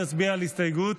כעת נצביע על הסתייגות